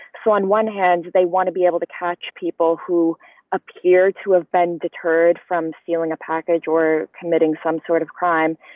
so on one hand, they to be able to catch people who appear to have been deterred from stealing a package or committing some sort of crime.